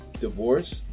divorce